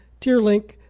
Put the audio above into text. Tierlink